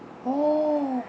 oh